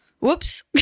whoops